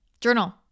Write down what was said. Journal